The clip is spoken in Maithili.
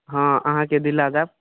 हँ अहाँके दिला देब